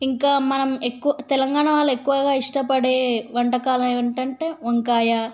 ఇంకా మనం ఎక్కువ తెలంగాణ వాళ్ళు ఎక్కువగా ఇష్టపడే వంటకాలు ఏంటంటే వంకాయ